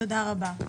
תודה רבה.